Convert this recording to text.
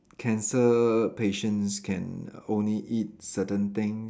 cancer patients can only eat certain things